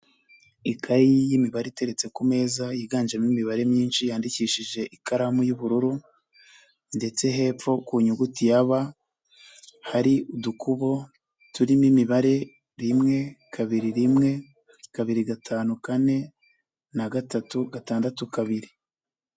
Ikayi y'imibare iteretse ku meza, yiganjemo imibare myinshi, yandikishije ikaramu y'ubururu ndetse hepfo ku nyuguti ya b, hari udukubo, turimo imibare, rimwe, kabiri rimwe, kabiri gatanu kane na gatatu gatandatu kabiri.